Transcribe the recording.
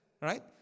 Right